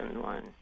one